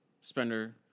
spender